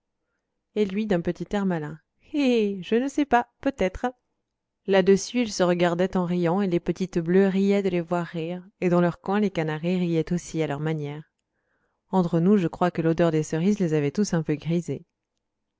et lui d'un petit air malin hé hé je ne sais pas peut-être là-dessus ils se regardaient en riant et les petites bleues riaient de les voir rire et dans leur coin les canaris riaient aussi à leur manière entre nous je crois que l'odeur des cerises les avait tous un peu grisés